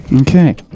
Okay